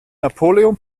napoleon